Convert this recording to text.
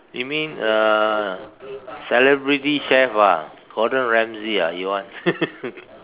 you mean uh celebrity chef ah Gordon-Ramsay ah you want